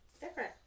different